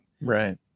right